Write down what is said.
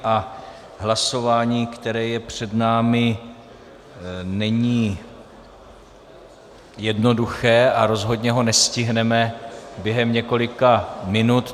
A hlasování, které je před námi, není jednoduché a rozhodně ho nestihneme během několika minut.